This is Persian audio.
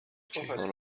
کیهان